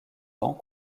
ans